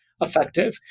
effective